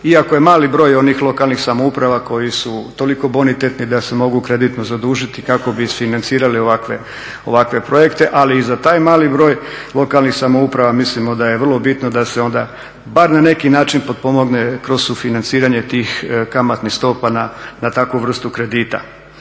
iako je mali broj onih lokalnih samouprava koji su toliko bonitetni da se mogu kreditno zadužiti kako bi isfinancirali ovakve projekte. Ali i za taj mali broj lokalnih samouprava mislimo da je vrlo bitno da se onda bar na neki način potpomogne kroz sufinanciranje tih kamatnih stopa na takvu vrstu kredita.